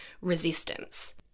resistance